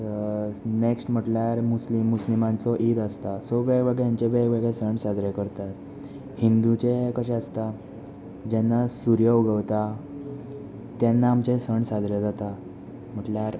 next म्हटल्यार मुस्लीम मुस्लिमांचो ईद आसता सो वेगवेगळ्यांचे वेगवेगळे सण साजरे करतात हिंदूचे कशे आसता जेन्ना सूर्य उगवता तेन्ना आमचे सण साजरे जाता म्हटल्यार